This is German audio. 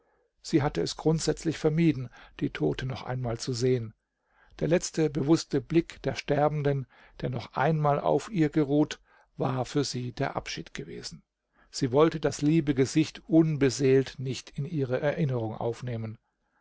sie hatte es grundsätzlich vermieden die tote noch einmal zu sehen der letzte bewußte blick der sterbenden der noch einmal auf ihr geruht war für sie der abschied gewesen sie wollte das liebe gesicht unbeseelt nicht in ihre erinnerung aufnehmen